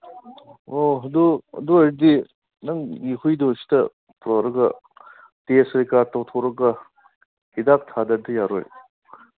ꯑꯣ ꯑꯗꯨ ꯑꯗꯨ ꯑꯣꯏꯔꯗꯤ ꯅꯪꯒꯤ ꯍꯨꯏꯗꯨ ꯁꯤꯗ ꯄꯨꯔꯛꯑꯒ ꯇꯦꯁ ꯀꯩꯀꯥ ꯇꯧꯊꯣꯛꯂꯒ ꯍꯤꯗꯥꯛ ꯊꯥꯗꯗꯤ ꯌꯥꯔꯣꯏ